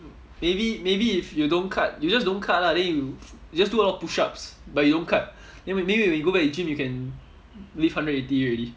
maybe maybe if you don't cut you just don't cut lah then you then you just do a lot of push ups but you don't cut then maybe when you go back to gym you can lift hundred eighty already